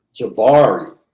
Jabari